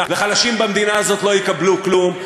והחלשים במדינה הזאת לא יקבלו כלום,